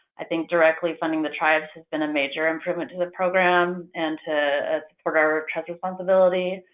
i think directly funding the tribes has been a major improvement to the program and to ah support our trust responsibility.